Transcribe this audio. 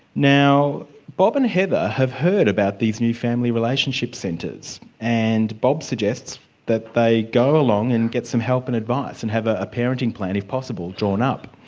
now bob and heather have heard about these new family relationship centres, and bob suggests that they go along and get some help and advice and have ah a parenting plan, if possible, drawn up.